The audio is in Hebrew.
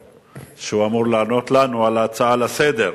שאמור לענות לנו על ההצעות לסדר-היום.